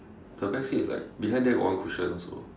the back seat is like behind there got one cushion also